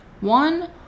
One